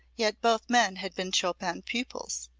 yet both men had been chopin pupils.